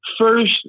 first